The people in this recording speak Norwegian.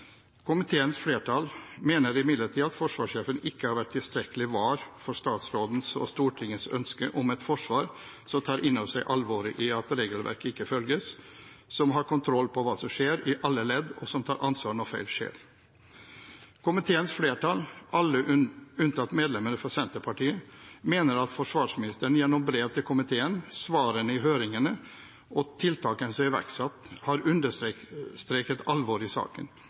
Komiteens flertall mener imidlertid at forsvarssjefen ikke har vært tilstrekkelig var for statsrådens og Stortingets ønske om et forsvar som tar inn over seg alvoret i at regelverk ikke følges, som har kontroll på hva som skjer i alle ledd, og som tar ansvar når feil skjer. Komiteens flertall, alle unntatt medlemmet fra Senterpartiet, mener at forsvarsministeren gjennom brev til komiteen, svarene i høringene og tiltakene som er iverksatt, har understreket alvoret i saken.